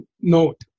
note